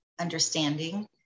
understanding